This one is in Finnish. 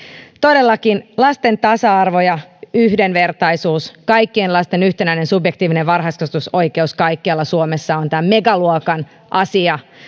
todellakin lasten tasa arvo ja yhdenvertaisuus kaikkien lasten yhtenäinen subjektiivinen varhaiskasvatusoikeus kaikkialla suomessa on megaluokan asia